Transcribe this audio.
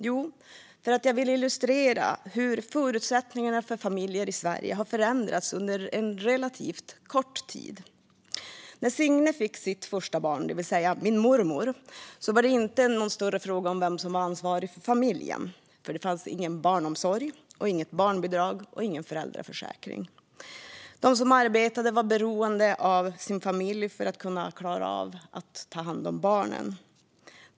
Jo, för att jag vill illustrera hur förutsättningarna för familjer i Sverige har förändrats på relativt kort tid. När Signe fick sitt första barn, det vill säga min mormor, var det inte någon större fråga vem som var ansvarig för familjen. Det fanns ingen barnomsorg, inget barnbidrag och ingen föräldraförsäkring. De som arbetade var beroende av sin familj för att klara av att ta hand om barnen.